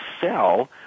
sell